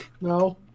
No